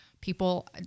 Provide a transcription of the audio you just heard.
people